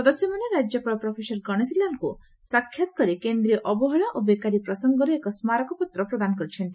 ସଦସ୍ୟମାନେ ରାଜ୍ୟପାଳ ପ୍ରଫେସର ଗଣେଶୀଲାଲଙ୍କୁ ସାଷାତ୍ କରି କେନ୍ଦ୍ରୀୟ ଅବହେଳା ଓ ବେକାରୀ ପ୍ରସଙ୍ଗରେ ଏକ ସ୍କାରକପତ୍ର ପ୍ରଦାନ କରିଥିଲେ